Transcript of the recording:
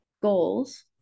goals